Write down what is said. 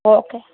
okay